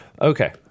Okay